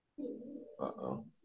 Uh-oh